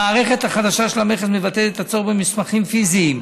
המערכת החדשה של המכס מבטלת את הצורך במסמכים פיזיים.